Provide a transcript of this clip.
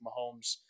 Mahomes